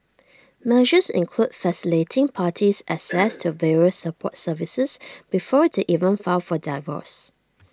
measures include facilitating parties access to various support services before they even file for divorce